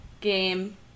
Game